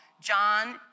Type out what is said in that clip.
John